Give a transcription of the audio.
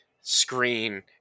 screen